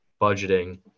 budgeting